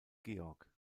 georg